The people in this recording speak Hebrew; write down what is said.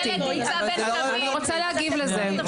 אני רוצה להגיב לזה.